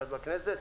כשאת בכנסת?